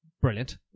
Brilliant